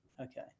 okay